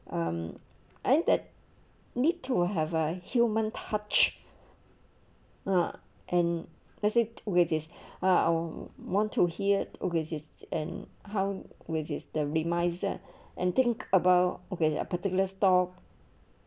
um and that need to have a human touch uh and lets it with his uh I'll want to hear oasis and how with is the re miser and think about okay or particular stop